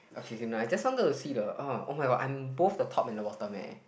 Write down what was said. okay okay no I just wanted to see the oh oh-my-god I'm both the top and the bottom leh